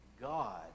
God